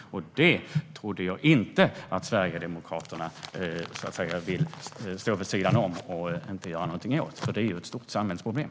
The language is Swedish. Det trodde jag inte att Sverigedemokraterna ville stå vid sidan om och inte göra någonting åt, för det är ju ett stort samhällsproblem.